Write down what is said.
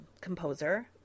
composer